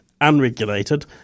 unregulated